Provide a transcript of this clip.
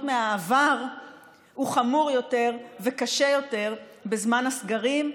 מהעבר היא חמורה יותר וקשה יותר בזמן הסגרים,